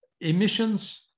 emissions